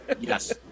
Yes